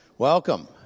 Welcome